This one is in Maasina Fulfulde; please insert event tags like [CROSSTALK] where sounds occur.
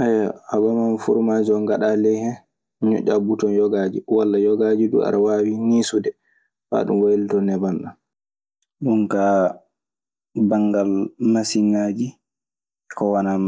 [HESITATION] a won foromas oo ngaɗa ley hen ñoƴƴa buton. Yogaaji walla yogaaji duu aɗa waawi niisude faa ɗum waylitoo neban ɗam. Ɗun kaa banngal masiŋaaji ko wanaa